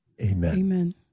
Amen